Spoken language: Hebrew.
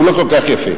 נא לסיים.